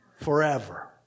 Forever